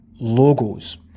logos